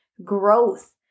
Growth